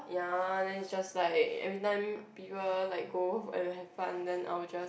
ya then is just like every time people like go and have then I will just